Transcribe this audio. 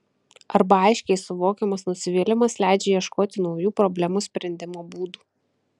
arba aiškiai suvokiamas nusivylimas leidžia ieškoti naujų problemos sprendimo būdų